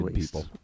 people